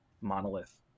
monolith